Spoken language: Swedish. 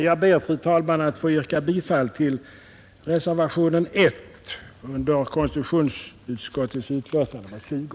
Jag ber, fru talman, att få yrka bifall till reservationen 1 vid konstitutionsutskottets betänkande nr 20.